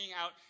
out